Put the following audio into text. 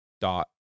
dot